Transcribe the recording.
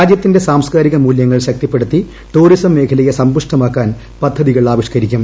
രാജ്യത്തിന്റെ സാംസ്കാരിക മൂല്യങ്ങൾ ശക്തിപ്പെടുത്തി ടൂറിസം മേഖലയെ സമ്പുഷ്ടമാക്കാൻ പദ്ധതികൾ ആവിഷ്കരിക്കും